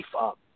up